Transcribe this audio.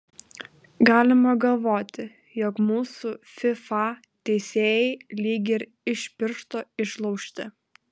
galima galvoti jog mūsų fifa teisėjai lyg ir iš piršto išlaužti